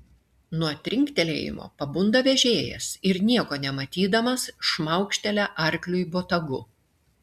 nuo trinktelėjimo pabunda vežėjas ir nieko nematydamas šmaukštelia arkliui botagu